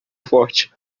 forte